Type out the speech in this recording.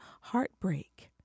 heartbreak